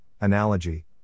analogy